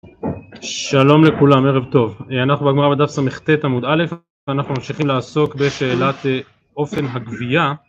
שלום לכולם, ערב טוב. אנחנו בגמרא בדף סט עמוד א', ואנחנו ממשיכים לעסוק בשאלת אופן הגבייה